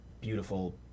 beautiful